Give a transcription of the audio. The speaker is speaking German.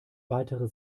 weitere